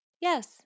yes